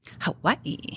Hawaii